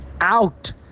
out